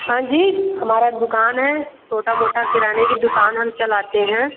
हाँ जी हमारा दुकान है छोटा मोटा किराने की दुकान हम चलाते हैं